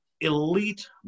elite